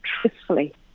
truthfully